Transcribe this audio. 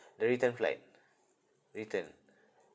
the return flight return